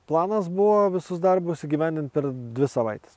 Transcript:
planas buvo visus darbus įgyvendint per dvi savaites